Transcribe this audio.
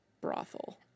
Brothel